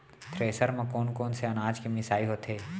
Thresher म कोन कोन से अनाज के मिसाई होथे?